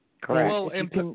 Correct